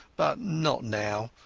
but not now.